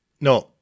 No